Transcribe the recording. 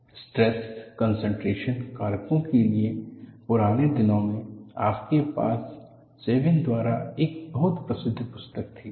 stress concentration कारकों के लिए पुराने दिनों में आपके पास सविन द्वारा एक बहुत प्रसिद्ध पुस्तक थी